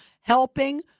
helping